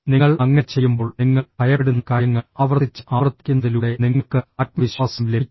നിങ്ങൾ അങ്ങനെ ചെയ്യുമ്പോൾ നിങ്ങൾ ഭയപ്പെടുന്ന കാര്യങ്ങൾ ആവർത്തിച്ച് ആവർത്തിക്കുന്നതിലൂടെ നിങ്ങൾക്ക് ആത്മവിശ്വാസം ലഭിക്കും